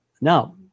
Now